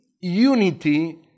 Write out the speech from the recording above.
unity